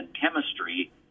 chemistry